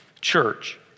church